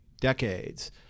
decades